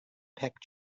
peck